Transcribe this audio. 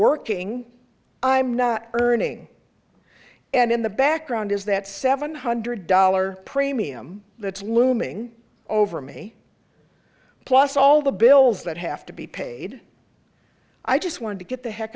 working i'm not earning and in the background is that seven hundred dollar premium that's looming over me plus all the bills that have to be paid i just wanted to get the heck